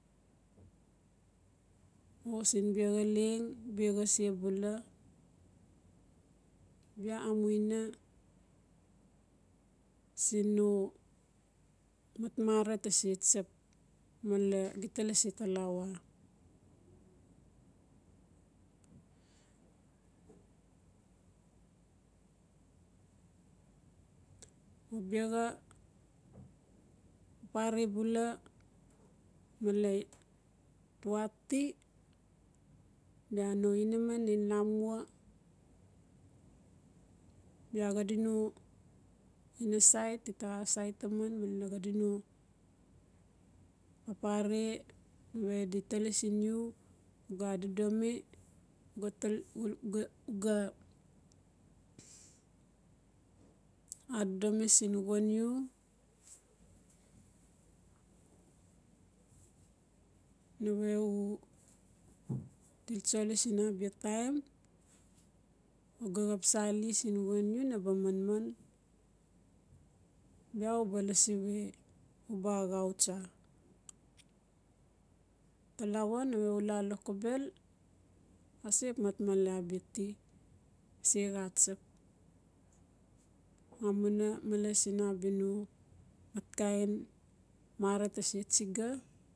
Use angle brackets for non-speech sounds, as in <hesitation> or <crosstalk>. O sin biaxa leng biaxa sebula bia amuina sino matmara tase tsap male gita lasi talawa o biaxa pare bula male tuaa ti biano inaman di lamua bia xadino inasait dita xa asait taman <unintelligible> xadi no papare nawe di tali siin u uga adodomi <hesitation> u ga adodomi siin wan u nawe u til tsoli siin abia taim uga xap sali siin wan u naba manman bia uba lasi we naba axsau tsa talawa nawe ula lokobel ase xap mat male abia ti ase xatsap amuina male sin abia no matkain mara tase tsiga.